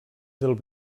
del